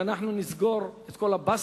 שנסגור את כל הבסטות?